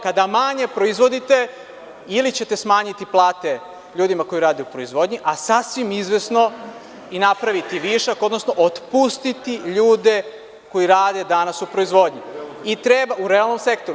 Kada manje proizvodite, ili ćete smanjiti plate ljudima koji rade u proizvodnji, a sasvim izvesno i napraviti višak, odnosno otpustiti ljude koji rade danas u proizvodnji, u realnom sektoru.